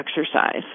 exercise